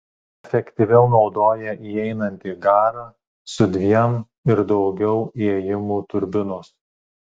efektyviau naudoja įeinantį garą su dviem ir daugiau įėjimų turbinos